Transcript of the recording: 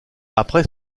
après